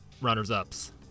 ...runners-ups